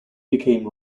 became